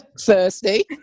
thirsty